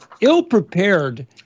ill-prepared